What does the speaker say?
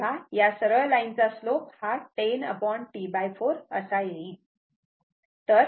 तेव्हा या सरळ लाईन चा स्लोप हा 10T4 असा येईल